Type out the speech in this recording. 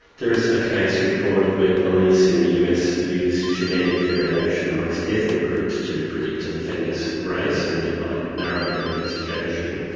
there is a case recorded where police in the us used genetic variation amongst ethnic groups to predict an offender's race, and thereby narrow their investigation.